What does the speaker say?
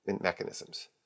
mechanisms